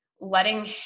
letting